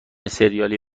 ســریالی